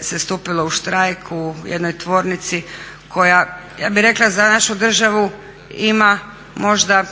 se stupilo u štrajk u jednoj tvornici koja ja bih rekla za našu državu ima možda